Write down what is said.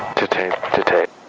to tape, to tape,